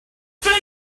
thing